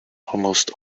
almost